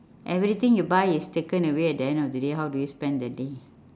everything you buy is taken away at the end of the day how do you spend the day